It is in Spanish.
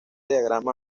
diagrama